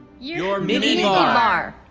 your mini bar!